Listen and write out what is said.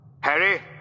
Harry